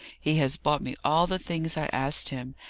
he has bought me all the things i asked him,